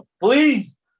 please